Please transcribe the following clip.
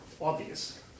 Obvious